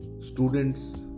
students